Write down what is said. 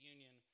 Union